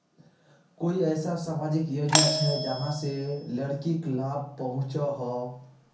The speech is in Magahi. कोई ऐसा सामाजिक योजना छे जाहां से लड़किक लाभ पहुँचो हो?